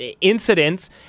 incidents